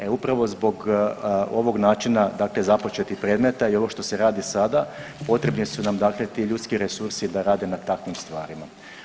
E upravo zbog ovog načina dakle započetih predmeta i ovo što se radi sada potrebni su nam dakle ti ljudski resursi da rade na takvim stvarima.